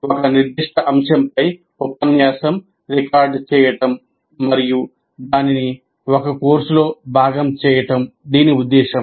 ఒక నిర్దిష్ట అంశంపై ఉపన్యాసం రికార్డ్ చేయడం మరియు దానిని ఒక కోర్సులో భాగం చేయడం దీని ఉద్దేశ్యం